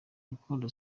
rukundo